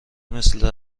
مثل